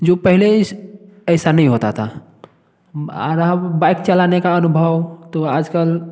जो पहले ऐसा नहीं होता था आराम बाइक चलाने का अनुभव तो आजकल